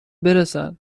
برسن